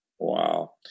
Wow